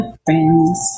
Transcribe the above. friends